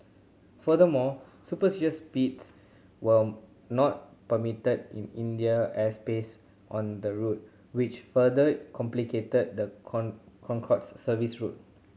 furthermore supersonic speeds were not permitted in Indian airspace on the route which further complicated the Concorde service's route